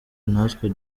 natwe